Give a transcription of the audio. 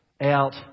out